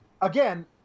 again